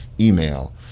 email